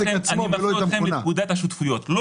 אגב, גם פקודת השותפויות מדברת על התאגדות רצונית.